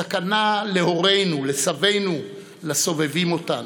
סכנה להורינו, לסבינו, לסובבים אותנו.